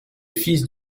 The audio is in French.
fils